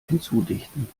hinzudichten